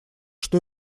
что